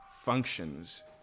functions